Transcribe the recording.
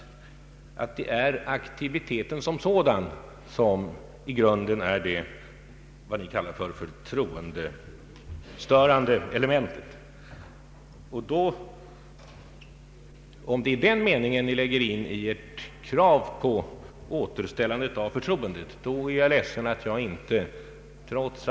Det är aktiviteten som sådan, som i grunden är vad ni kallar det förtroendestörande elementet. Om det är den meningen ni lägger in i ert krav på återställandet av förtroendet, då är jag ledsen att behöva säga att jag inte är rätt man att återställa förtroendet.